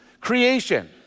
Creation